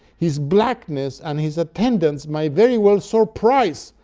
his blackness, and his attendants, might very well surprise,